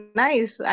nice